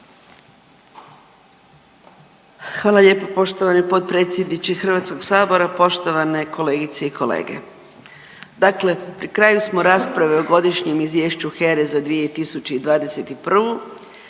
Hvala lijepo poštovani potpredsjedniče Hrvatskog sabora, poštovane kolegice i kolege. Dakle, pri kraju smo rasprave o Godišnjem izvješću HERA-e za 2021.